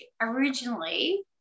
originally